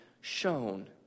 shown